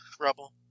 rubble